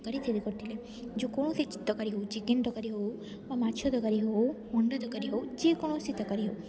ତରକାରୀ ତିଆରି କରୁଥିଲେ ଯେକୌଣସି ତରକାରୀ ହେଉ ଚିକେନ୍ ତରକାରୀ ହେଉ ବା ମାଛ ତରକାରୀ ହେଉ ଅଣ୍ଡା ତରକାରୀ ହେଉ ଯେକୌଣସି ତରକାରୀ ହେଉ